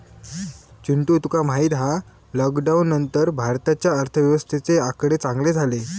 चिंटू तुका माहित हा लॉकडाउन नंतर भारताच्या अर्थव्यवस्थेचे आकडे चांगले झाले